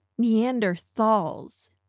Neanderthals